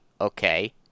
okay